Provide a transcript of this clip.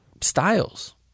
styles